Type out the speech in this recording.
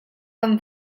kan